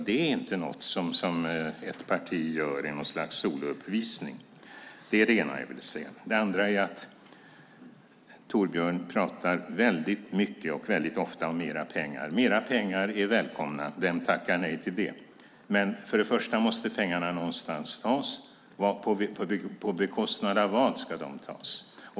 Det är inte något som ett parti gör i något slags solouppvisning. Det är det ena jag vill säga. Det andra är att Torbjörn pratar mycket och ofta om mer pengar. Mer pengar är välkomna. Vem tackar nej till det? Men för det första måste pengarna tas någonstans. På bekostnad av vad ska de tas?